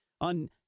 On